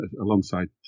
alongside